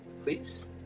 please